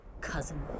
cousin